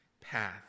path